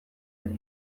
ere